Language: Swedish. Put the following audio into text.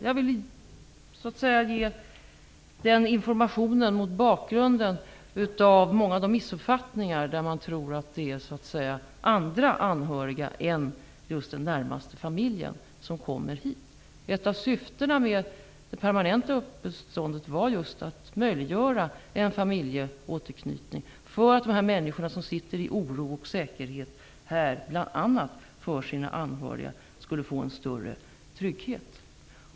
Jag vill ge den informationen, mot bakgrund av många av de missuppfattningar som går ut på att man tror att det är andra anhöriga än den närmaste familjen som kommer hit. Ett av syftena med det permanenta uppehållstillståndet var att möjliggöra en familjeåterknytning, för att de människor som sitter här i säkerhet, men är oroliga bl.a. för sina anhöriga, skulle få en större trygghet.